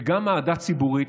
וגם אהדה ציבורית,